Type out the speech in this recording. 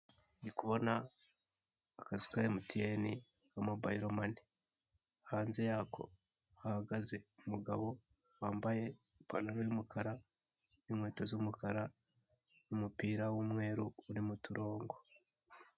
Ndi kubona akazu ka emutiyeni mobayilo mane hanze yako hahagaze umugabo wambaye ipantaro y'umukara n'inkweto z'umukara n'umupira w'umweru urimo uturongo.